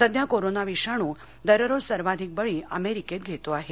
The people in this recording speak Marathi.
सध्या कोरोना विषाणू दररोज सर्वाधिक बळी अमेरिकेत घेतो आहे